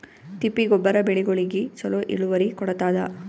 ತಿಪ್ಪಿ ಗೊಬ್ಬರ ಬೆಳಿಗೋಳಿಗಿ ಚಲೋ ಇಳುವರಿ ಕೊಡತಾದ?